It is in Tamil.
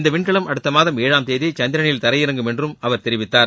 இந்த விண்கலம் அடுத்த மாதம் ஏழாம் தேதி சந்திரனில் தரையிறங்கும் என்று அவர் தெரிவித்தார்